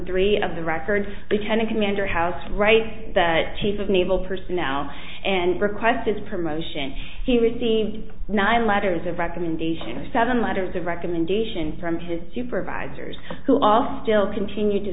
three of the records the ten commander house right that chief of naval personnel and request is promotion he received nine letters of recommendation seven letters of recommendation from his supervisors who all still continued to